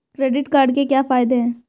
Credit card के क्या फायदे हैं?